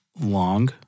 long